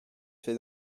fait